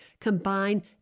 combine